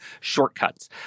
shortcuts